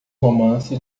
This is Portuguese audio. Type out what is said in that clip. romance